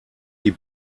die